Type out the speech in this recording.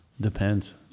depends